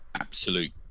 absolute